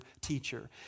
teacher